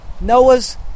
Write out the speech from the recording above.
Noah's